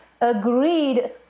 agreed